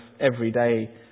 everyday